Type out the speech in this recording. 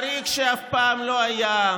לתאריך שאף פעם לא היה,